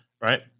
Right